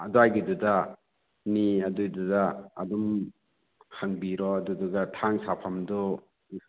ꯑꯗ꯭ꯋꯥꯏꯒꯤꯗꯨꯗ ꯃꯤ ꯑꯗꯨꯏꯗꯨꯗ ꯑꯗꯨꯝ ꯍꯪꯕꯤꯔꯣ ꯑꯗꯨꯗꯨꯒ ꯊꯥꯡ ꯁꯥꯐꯝꯗꯣ